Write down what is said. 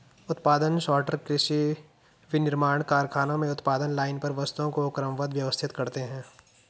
उत्पादन सॉर्टर कृषि, विनिर्माण कारखानों में उत्पादन लाइन पर वस्तुओं को क्रमबद्ध, व्यवस्थित करते हैं